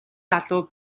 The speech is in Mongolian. залуу